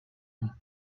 him